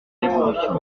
révolution